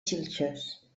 xilxes